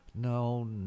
No